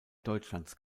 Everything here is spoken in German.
deutschlands